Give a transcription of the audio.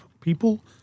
people